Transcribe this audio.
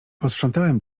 posprzątałem